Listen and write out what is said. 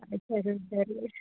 હા જરૂર જરૂર